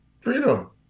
Freedom